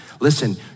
Listen